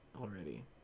already